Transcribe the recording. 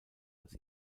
als